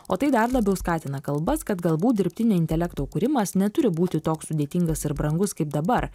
o tai dar labiau skatina kalbas kad galbūt dirbtinio intelekto kūrimas neturi būti toks sudėtingas ir brangus kaip dabar